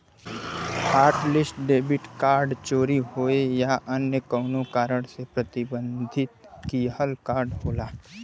hotlist debit card चोरी होये या अन्य कउनो कारण से प्रतिबंधित किहल कार्ड होला